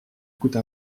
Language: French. coûte